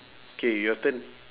K your turn